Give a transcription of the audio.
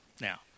Now